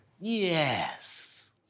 Yes